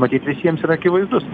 matyt visiems yra akivaizdus